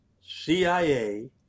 CIA